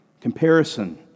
Comparison